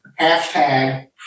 hashtag